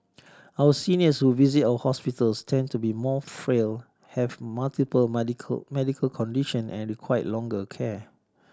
our seniors who visit our hospitals tend to be more frail have multiple medical condition and require longer care